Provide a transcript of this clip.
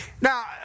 Now